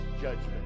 judgment